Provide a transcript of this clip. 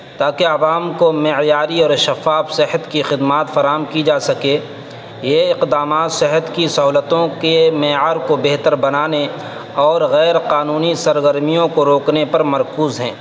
تاکہ عوام کو معیاری اور شفاف صحت کی خدمات فراہم کی جا سکے یہ اقدامات صحت کی سہولتوں کے معیار کو بہتر بنانے اور غیر قانونی سرگرمیوں کو روکنے پر مرکوز ہیں